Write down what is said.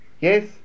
Yes